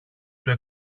του